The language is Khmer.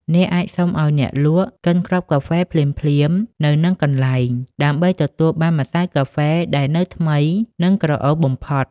អ្នកអាចសុំឱ្យអ្នកលក់កិនគ្រាប់កាហ្វេភ្លាមៗនៅនឹងកន្លែង ដើម្បីទទួលបានម្សៅកាហ្វេដែលនៅថ្មី និងក្រអូបបំផុត។